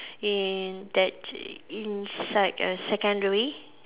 in that inside err secondary